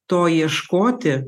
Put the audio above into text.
to ieškoti